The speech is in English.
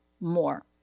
more